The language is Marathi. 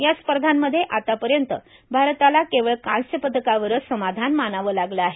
या स्पध्यांमध्ये आतापर्यंत भारताला केवळ कांस्यपदकांवरच समाधान मानावं लागलं आहे